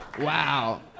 Wow